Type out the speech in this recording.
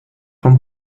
vom